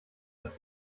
das